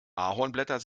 ahornblätter